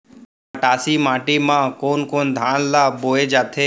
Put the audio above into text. मटासी माटी मा कोन कोन धान ला बोये जाथे?